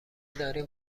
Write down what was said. داریم